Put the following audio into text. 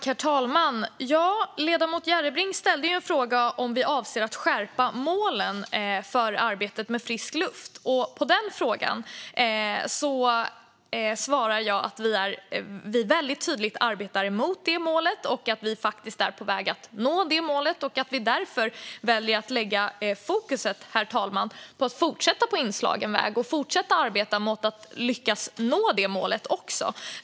Herr talman! Ledamoten Järrebring frågade ju om vi avser att skärpa målen för arbetet med frisk luft. På den frågan svarar jag att vi väldigt tydligt arbetar för att nå det målet samt att vi faktiskt är på väg att nå målet och att vi därför väljer att lägga fokus på att fortsätta på inslagen väg och fortsätta arbeta för att lyckas nå målet.